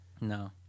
No